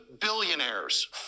billionaires